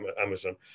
Amazon